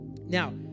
Now